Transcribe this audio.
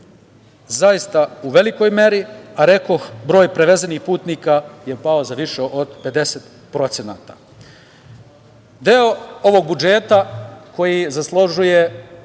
zaista u velikoj meri, a rekoh broj prevezenih putnika je pao za više od 50%. Deo ovog budžeta koji zaslužuje